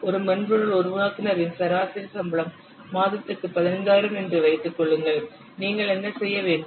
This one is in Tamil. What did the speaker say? ஒரு மென்பொருள் உருவாக்குநரின் சராசரி சம்பளம் மாதத்திற்கு 15000 என்று வைத்துக் கொள்ளுங்கள் நீங்கள் என்ன செய்ய வேண்டும்